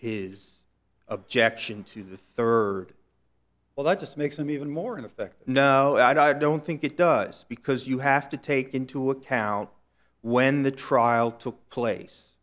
his objection to the third well that just makes him even more in effect no i don't think it does because you have to take into account when the trial took place